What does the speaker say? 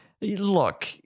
look